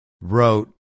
wrote